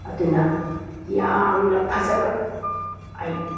ꯑꯗꯨꯅ ꯌꯥꯝꯅ ꯐꯖꯅ ꯑꯩ